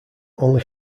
only